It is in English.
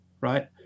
right